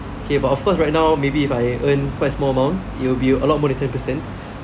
okay but of course right now maybe if I earn quite small amount it'll be a lot more than ten percent